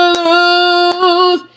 lose